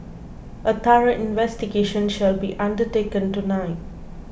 a thorough investigation shall be undertaken tonight